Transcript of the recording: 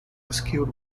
rescued